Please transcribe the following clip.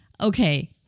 Okay